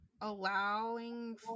allowing